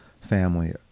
family